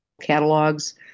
catalogs